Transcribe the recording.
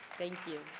thank you.